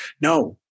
No